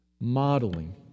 Modeling